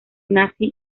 nazi